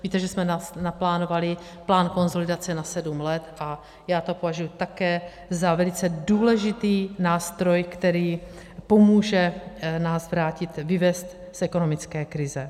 Víte, že jsme naplánovali plán konsolidace na sedm let a já to považuji také za velice důležitý nástroj, který pomůže nás vrátit, vyvést z ekonomické krize.